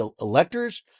electors